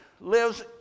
lives